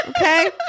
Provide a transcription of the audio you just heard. Okay